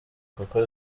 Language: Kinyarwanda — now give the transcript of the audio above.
kuko